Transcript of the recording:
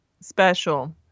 Special